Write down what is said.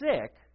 sick